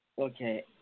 Okay